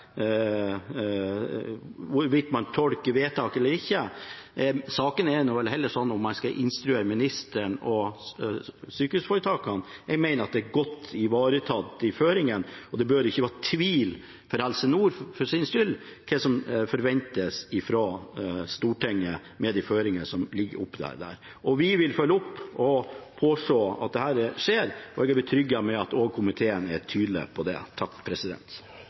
hvorvidt man tolker vedtak eller ikke. Saken er vel heller om man skal instruere ministeren og sykehusforetakene. Jeg mener at det er godt ivaretatt i føringen, og det bør ikke være noen tvil for Helse Nord hva som forventes fra Stortinget med de føringene som ligger der. Vi vil følge opp og påse at dette skjer. Det er betryggende at komiteen også er tydelig på det.